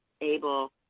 able